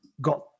got